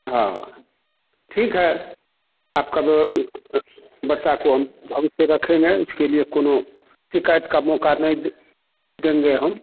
हाँ ठीक है आपका बच्चा को हम ढंग से रखेंगे उसके लिए कौनो शिकायत का मौका नहीं देंगे हम